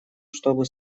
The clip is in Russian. чтобы